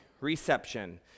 reception